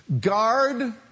Guard